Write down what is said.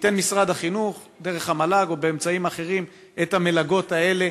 ייתן משרד החינוך דרך המל"ג או באמצעים אחרים את המלגות האלה,